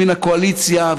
מן הקואליציה,